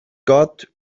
got